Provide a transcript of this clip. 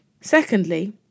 Secondly